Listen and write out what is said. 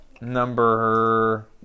number